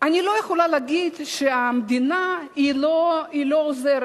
אני לא יכולה להגיד שהמדינה לא עוזרת.